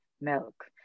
milk